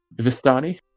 Vistani